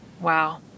Wow